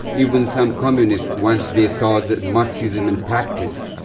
even some communists once they saw that marxism in practice,